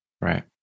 Right